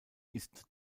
ist